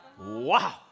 Wow